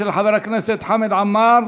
של חבר הכנסת חמד עמאר,